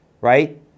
right